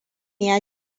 ya